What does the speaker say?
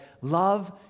love